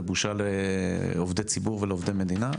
זה בושה לעובדי ציבור ולעובדי מדינה,